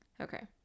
Okay